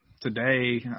today